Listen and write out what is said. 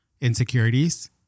insecurities